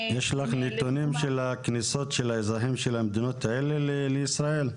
יש לך נתונים של הכניסות של האזרחים של המדינות האלה לישראל?